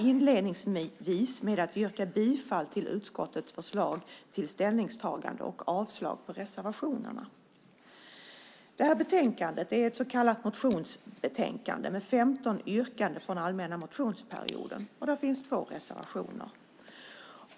Inledningsvis vill jag yrka bifall till utskottets förslag till ställningstagande och avslag på reservationerna. Detta betänkande är ett så kallat motionsbetänkande med 15 yrkanden från allmänna motionstiden, och där finns två reservationer.